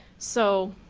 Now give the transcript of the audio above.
so,